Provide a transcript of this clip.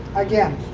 again,